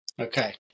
okay